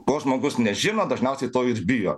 ko žmogus nežino dažniausiai to jis bijo